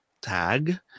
tag